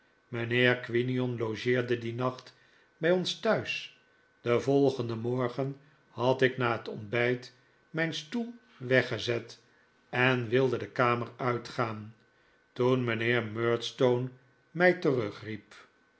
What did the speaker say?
mijnheer quinion logeerde dien nacht bij ons thuis den volgenden morgen had ik na het ontbijt mijn stoel weggezet en wilde de kamer uitgaan toen mijnheer murdstone mij